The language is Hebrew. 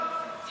אבל, מה